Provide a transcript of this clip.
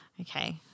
Okay